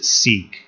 seek